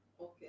Okay